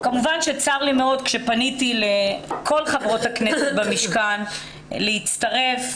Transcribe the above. כאשר פניתי לכל חברות הכנסת במשכן להצטרף,